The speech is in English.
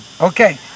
okay